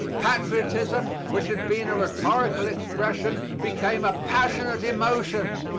patriotism, which had been a rhetorical expression, became a passionate emotion,